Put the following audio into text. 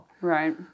right